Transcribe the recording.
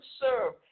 serve